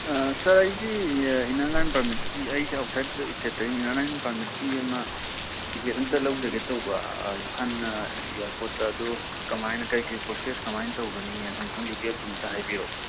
ꯁꯥꯔ ꯑꯩꯒꯤ inner line ꯄꯥꯔꯃꯤꯠꯀꯤ ꯑꯩꯁꯦ ꯑꯥꯎꯁꯥꯏꯠ ꯏꯁꯇꯦꯠꯇꯩꯅꯤꯅ ꯏꯟꯅꯔ ꯂꯥꯏꯟ ꯄꯥꯔꯃꯤꯠꯀꯤ ꯑꯃ ꯇꯤꯀꯦꯠ ꯑꯝꯇ ꯂꯧꯖꯒꯦ ꯇꯧꯕ ꯏꯝꯐꯥꯜ ꯏꯌꯥꯔꯄꯣꯠꯇ ꯑꯗꯣ ꯀꯃꯥꯏꯅ ꯀꯔꯤ ꯀꯔꯤ ꯄ꯭ꯔꯣꯁꯦꯁ ꯀꯃꯥꯏꯅ ꯇꯧꯒꯅꯤ ꯑꯗꯨ ꯑꯃꯨꯛꯇꯪ ꯗꯤꯇꯦꯜꯗꯨ ꯑꯝꯇ ꯍꯥꯏꯕꯤꯔꯛꯑꯣ